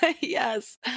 Yes